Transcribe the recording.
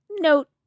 note